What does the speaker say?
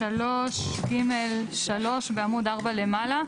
בסעיף 3(ג)(3) בעמוד 4 למעלה,